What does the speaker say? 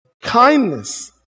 Kindness